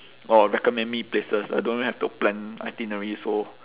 or recommend me places I don't really have to plan itinerary so